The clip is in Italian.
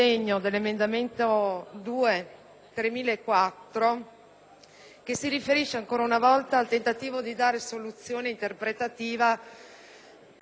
che si riferisce ancora una volta al tentativo di dare soluzione interpretativa alle norme che regolamentano l'applicazione dell'ICI sui fabbricati rurali.